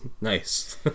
Nice